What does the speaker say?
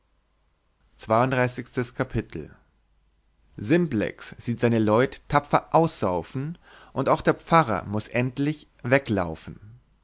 simplex sieht seine leut tapfer aussaufen daß auch der pfarrer muß endlich weglaufen